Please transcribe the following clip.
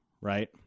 right